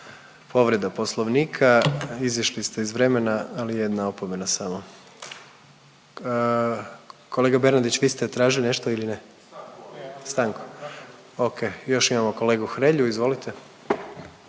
povreda Poslovnika, izašli ste iz vremena ali jedna opomena samo. Kolega Bernardić vi ste tražili nešto ili ne? Stanku. Ok. Još imamo kolegu Hrelju. Izvolite.